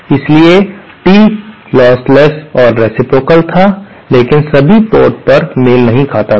इसलिए T lossless और reciprocal था लेकिन सभी पोर्ट पर मेल नहीं खाता था